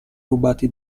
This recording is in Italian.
rubati